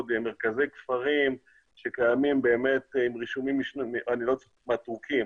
יש מעט מאוד קרקעות בארץ שעדיין לא עברו הסדר.